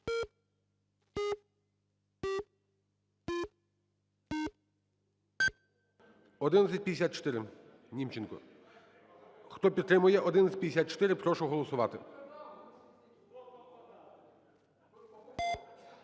1154, Німченко. Хто підтримує 1154, прошу голосувати.